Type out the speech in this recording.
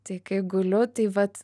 tai kai guliu tai vat